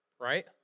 right